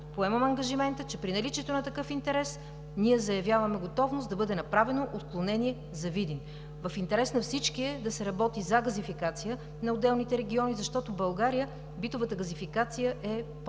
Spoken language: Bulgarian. поемам ангажимента, че при наличието на такъв интерес ние заявяваме готовност да бъде направено отклонение за Видин. В интерес на всички е да се работи за газификация на отделните региони, защото в България битовата газификация е под 3%.